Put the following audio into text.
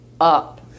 up